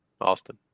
Austin